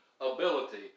ability